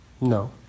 No